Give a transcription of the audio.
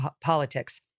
politics